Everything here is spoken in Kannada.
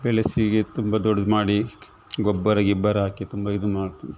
ಬೆಳೆಸಿ ಹೀಗೆ ತುಂಬ ದೊಡ್ದು ಮಾಡಿ ಗೊಬ್ಬರ ಗಿಬ್ಬರ ಹಾಕಿ ತುಂಬ ಇದು ಮಾಡ್ತು